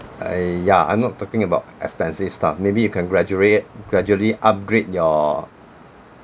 I ya I'm not talking about expensive stuff maybe you can gradually gradually upgrade your